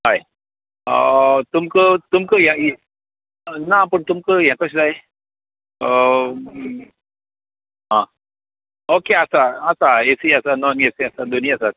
हय तुमकां तुमकां ह्या ना पूण तुमकां ये कशें जाय आं ओके आसा आसा ए सी आसा नॉन ए सी आसा दोनी आसा